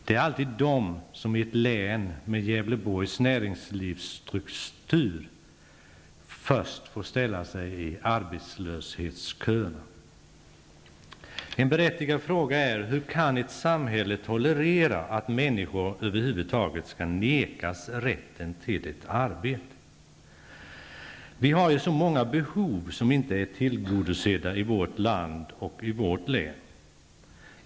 Det är alltid de som i ett län med Gävleborgs näringslivsstruktur först får ställa sig i kön med arbetslösa. En berättigad fråga är hur ett samhälle kan tolerera att människor skall vägras rätten till ett arbete. Vi har så många behov som inte är tillgodosedda i vårt land och i vårt län.